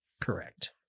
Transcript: Correct